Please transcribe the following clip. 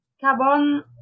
carbon